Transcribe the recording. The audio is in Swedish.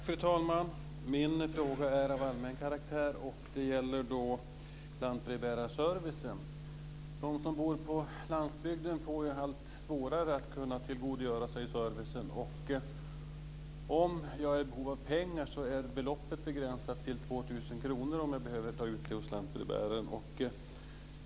Fru talman! Min fråga är av allmän karaktär. Det gäller lantbrevbärarservicen. De som bor på landsbygden får det allt svårare att tillgodogöra sig servicen. Om jag är i behov av pengar är beloppet som jag kan ta ut av lantbrevbäraren begränsat till 2 000 kr.